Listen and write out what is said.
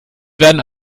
werden